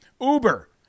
Uber